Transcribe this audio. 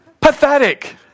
Pathetic